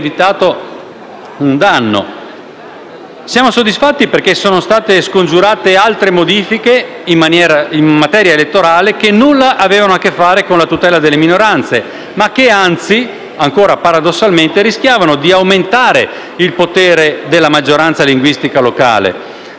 Siamo soddisfatti perché sono state scongiurate altre modifiche in materia elettorale, che nulla avevano a che fare con la tutela delle minoranze, ma che paradossalmente rischiavano di aumentare il potere della maggioranza linguistica locale. Si sarebbe creato un paradosso: